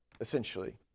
essentially